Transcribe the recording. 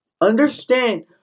Understand